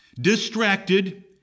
distracted